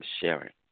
sharing